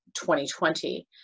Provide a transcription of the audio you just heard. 2020